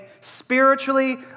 spiritually